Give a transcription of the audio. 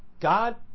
God